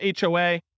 HOA